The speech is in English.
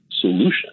solution